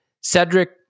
Cedric